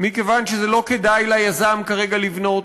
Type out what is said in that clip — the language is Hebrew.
מכיוון שזה לא כדאי ליזם כרגע לבנות,